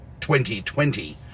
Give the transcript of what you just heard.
2020